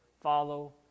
follow